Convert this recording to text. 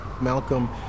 Malcolm